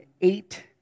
eight